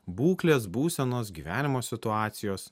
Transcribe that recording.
būklės būsenos gyvenimo situacijos